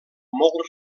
molt